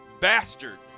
bastard